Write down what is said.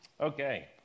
okay